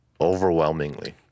Overwhelmingly